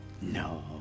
No